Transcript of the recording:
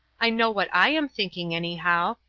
i know what i am thinking, anyhow.